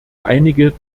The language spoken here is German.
einige